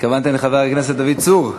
התכוונתן לחבר הכנסת דוד צור.